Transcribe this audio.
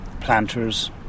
planters